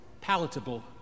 palatable